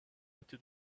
into